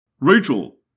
Rachel